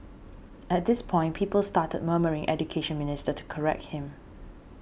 at this point people started murmuring Education Minister to correct him